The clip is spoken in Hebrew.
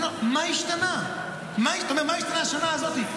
מה השתנה בשנה הזאת?